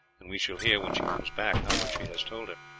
and we shall hear when she comes back how much he has told her.